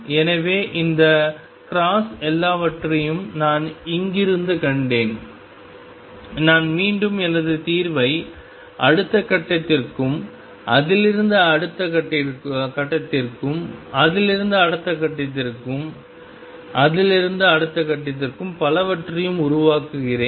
எனவே இந்த கிராஸ் எல்லாவற்றையும் நான் இங்கிருந்து கண்டேன் நான் மீண்டும் எனது தீர்வை அடுத்த கட்டத்திற்கும் அதிலிருந்து அடுத்த கட்டத்திற்கும் அதிலிருந்து அடுத்த கட்டத்திற்கும் அதிலிருந்து அடுத்த கட்டத்திற்கும் பலவற்றையும் உருவாக்குகிறேன்